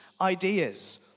ideas